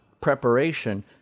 preparation